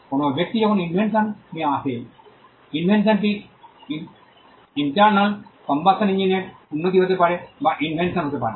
কোনও ব্যক্তি যখন ইনভেনশন নিয়ে আসে ইনভেনশন টি ইন্টারনাল কম্বাসন ইঞ্জিনের উন্নতি হতে পারে যা ইনভেনশন হতে পারে